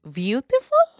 beautiful